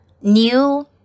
new